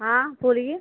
हाँ बोलिए